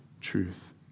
truth